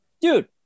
Dude